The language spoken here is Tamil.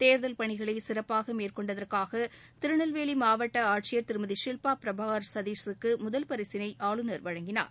தேர்தல் பணிகளை சிறப்பாக மேற்கொண்டதற்காக திருநெல்வேலி மாவட்ட ஆட்சியர் திருமதி சில்பா பிரபாகர் சதீஷூக்கு முதல் பரிசினை ஆளுநர் வழங்கினார்